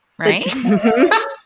Right